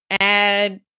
add